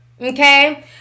Okay